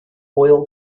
oil